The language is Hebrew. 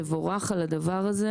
תבורך על הדבר הזה,